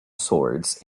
swords